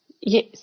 Yes